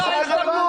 --- תלמד,